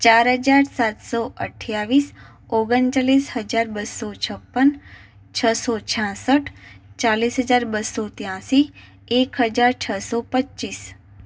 ચાર હજાર સાતસો અઠ્યાવીસ ઓગણચાલીસ હજાર બસો છપ્પન છસો છાસઠ ચાલીસ હજાર બસો ત્યાંસી એક હજાર છસો પચ્ચીસ